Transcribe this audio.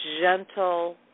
gentle